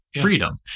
freedom